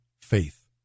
Faith